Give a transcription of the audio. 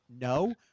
no